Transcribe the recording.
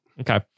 Okay